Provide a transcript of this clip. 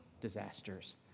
disasters